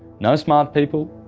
no smart people,